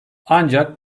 ancak